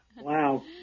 Wow